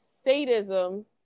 Sadism